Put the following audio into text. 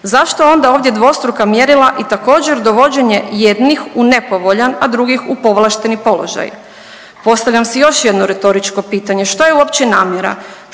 Zašto onda ovdje dvostruka mjerila i također dovođenje jednih u nepovoljan, a drugih u povlašteni položaj? Postavljam si još jedno retoričko pitanje što je uopće namjera?